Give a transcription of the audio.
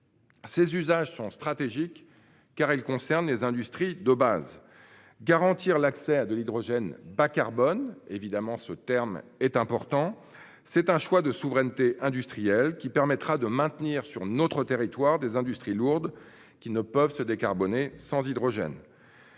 Ces usages sont stratégiques, car ils concernent les industries de base. Garantir l'accès à de l'hydrogène bas-carbone- ce dernier terme est important -est un choix de souveraineté industrielle qui permettra de maintenir sur notre territoire des industries lourdes, qui ne peuvent se décarboner sans hydrogène.